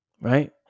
right